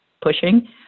pushing